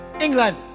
England